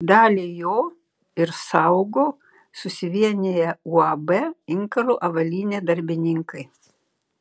dalį jo ir saugo susivieniję uab inkaro avalynė darbininkai